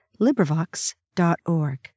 LibriVox.org